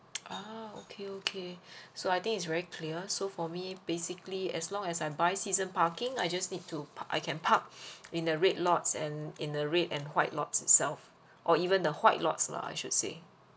ah okay okay so I think it's very clear so for me basically as long as I buy season parking I just need to park I can park in the red lots and in the red and white lots itself or even the white lots ah I should say